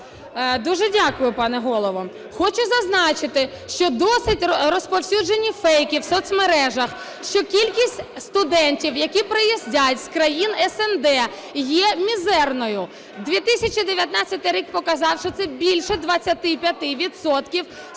Дуже дякую, пане голово. Хочу зазначити, що досить розповсюджені фейки в соцмережах, що кількість студентів, які приїздять з країн СНД, є мізерною. 2019 рік показав, що це більше 25 відсотків